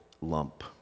lump